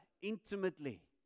intimately